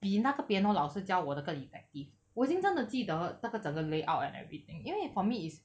比那个 piano 老师教我的更 effective 我已经真的记得那个整个 layout and everything 因为 for me is